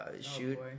shoot